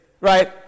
right